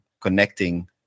connecting